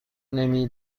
نمی